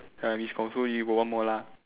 ah is confirm you got one more lah